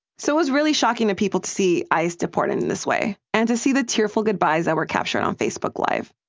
so it was really shocking to people to see ice deport him and this way and to see the tearful goodbyes that were captured on facebook live.